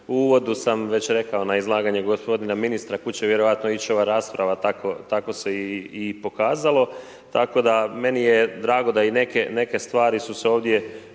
U uvodu sam već rekao, na izlaganje gospodina ministra kud će vjerojatno ići ova rasprava tako se i pokazalo, tako da meni je drago da i neke stvari su se ovdje